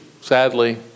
sadly